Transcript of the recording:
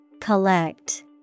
Collect